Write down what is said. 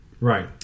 right